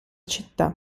città